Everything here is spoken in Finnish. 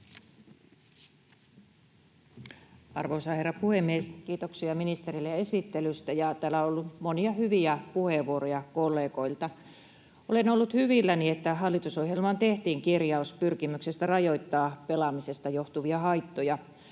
Arvoisa herra puhemies! Kiitoksia ministerille esittelystä, ja täällä on ollut monia hyviä puheenvuoroja kollegoilta. Olen ollut hyvilläni, että hallitusohjelmaan tehtiin kirjaus pyrkimyksestä rajoittaa pelaamisesta johtuvia haittoja.